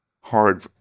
hard